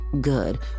good